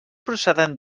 procedent